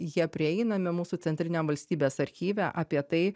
jie prieinami mūsų centriniam valstybės archyve apie tai